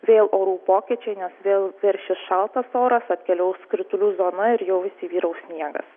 vėl orų pokyčiai nes vėl veršis šaltas oras atkeliaus kritulių zona ir jau įsivyraus sniegas